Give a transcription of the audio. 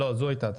לא זו הייתה הטענה,